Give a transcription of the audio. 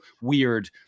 weird